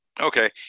okay